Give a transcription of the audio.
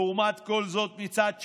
לעומת כל זאת, מצד שני,